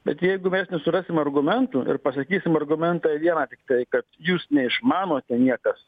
bet jeigu mes nesurasim argumentų ir pasakysim argumentą vieną tik tai kad jūs neišmanote niekas